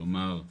כלומר,